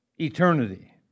eternity